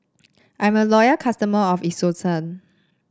I'm a loyal customer of Isocal